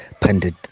pundit